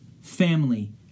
family